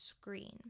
screen